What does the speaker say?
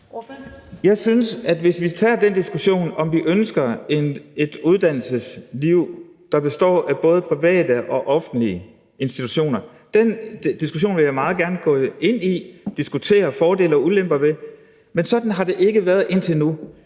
Jeg synes, at hvis vi tager den diskussion, om vi ønsker et uddannelsesliv, der består af både private og offentlige institutioner, så vil jeg meget gerne gå ind i den diskussion og diskutere fordele og ulemper. Men sådan har det ikke været indtil nu.